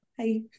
hi